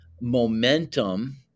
momentum